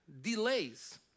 Delays